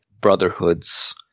brotherhoods